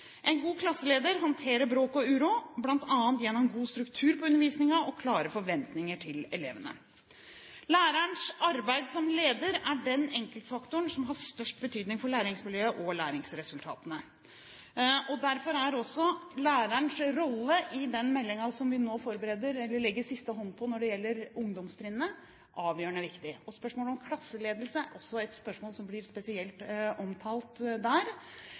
En god klasseleder håndterer bråk og uro, bl.a. gjennom god struktur på undervisningen og klare forventninger til elevene. Lærerens arbeid som leder er den enkeltfaktoren som har størst betydning for læringsmiljøet og læringsresultatene. Derfor er også lærerens rolle i den meldingen som vi nå legger siste hånd på når det gjelder ungdomstrinnet, avgjørende viktig. Klasseledelse er også noe som blir spesielt omtalt der.